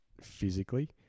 physically